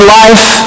life